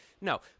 No